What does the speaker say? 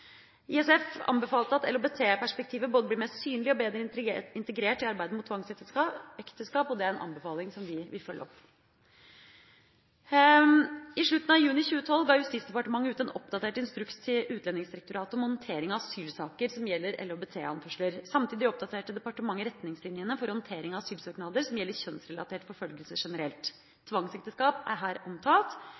ISF anbefalte at LHBT-perspektivet blir både mer synlig og bedre integrert i arbeidet mot tvangsekteskap. Det er en anbefaling som vi vil følge opp. I slutten av juni 2012 ga Justisdepartementet ut en oppdatert instruks til Utlendingsdirektoratet om håndtering av asylsaker som gjelder LHBT-anførsler. Samtidig oppdaterte departementet retningslinjene for håndtering av asylsøknader som gjelder kjønnsrelatert forfølgelse generelt. Tvangsekteskap er her omtalt.